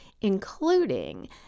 including